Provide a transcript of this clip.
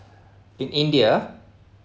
in india